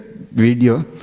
video